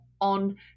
on